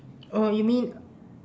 oh you mean